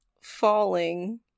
falling